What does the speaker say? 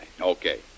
Okay